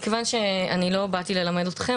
מכיוון שאני לא באתי ללמד אתכם,